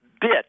bit